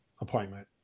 appointment